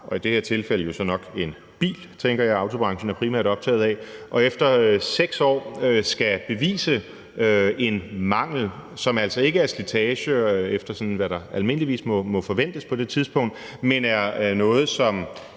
og i det her tilfælde jo så nok en bil, som jeg tænker autobranchen primært er optaget af, og efter 6 år skal bevise en mangel, som altså ikke er slitage efter sådan, hvad der almindeligvis må forventes på det tidspunkt, men er noget, som